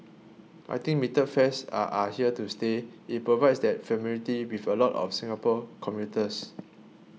I think metered fares are are here to stay it provides that familiarity with a lot of Singapore commuters